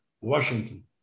Washington